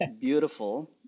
beautiful